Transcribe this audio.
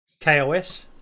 Kos